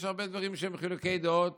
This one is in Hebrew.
יש הרבה דברים שהם בחילוקי דעות